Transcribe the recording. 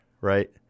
right